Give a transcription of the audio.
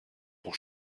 pour